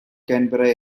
canberra